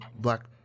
black